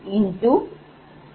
010